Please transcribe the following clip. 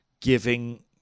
giving